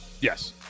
Yes